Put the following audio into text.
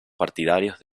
partidarios